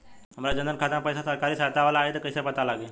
हमार जन धन खाता मे पईसा सरकारी सहायता वाला आई त कइसे पता लागी?